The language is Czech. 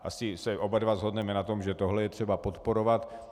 Asi se oba shodneme na tom, že tohle je třeba podporovat.